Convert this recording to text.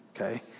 okay